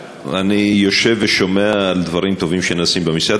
ואני יושב ושומע על דברים טובים שנעשים במשרד,